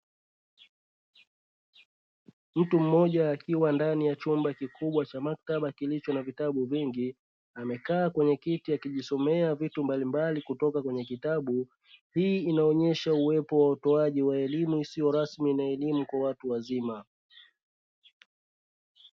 Mtu mmoja akiwa ndani ya chumba kikubwa cha maktaba kilicho na vitabu vingi, amekaa kwenye kiti akijisomea vitu mbali mbali kutoka kwenye kitabu; hii inaonyesha uwepo wa utoaji wa elimu isiyo rasmi na elimu kwa watu wazima.